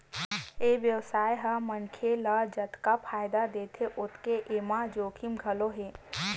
ए बेवसाय ह मनखे ल जतका फायदा देथे ओतके एमा जोखिम घलो हे